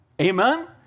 Amen